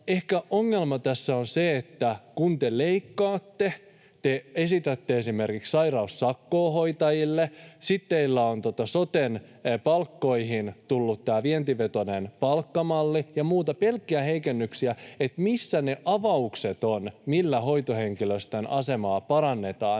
ehkä ongelma tässä on se, että kun te leikkaatte, te esitätte esimerkiksi sairaussakkoa hoitajille. Sitten teillä on soten palkkoihin tullut tämä vientivetoinen palkkamalli ja muuta, pelkkiä heikennyksiä. Missä ovat ne avaukset, millä hoitohenkilöstön asemaa parannetaan